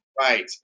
Right